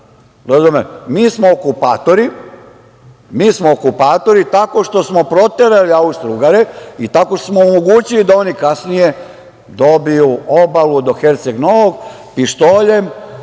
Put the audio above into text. a gle čuda, mi smo okupatori tako što smo proterali Austrougare i tako što smo omogućili da oni kasnije dobiju obalu do Herceg Novog, pištoljem